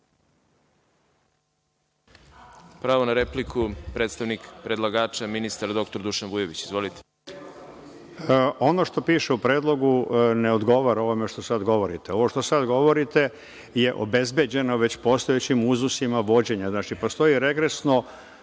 Pravo na repliku predstavnik predlagača, ministar Dušan Vujović. Izvolite. **Dušan Vujović** Ono što piše u predlogu ne odgovara onome što sada govorite. Ovo što sada govorite je obezbeđeno već postojećim iznosima vođenja. Postoji regresno